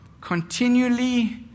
Continually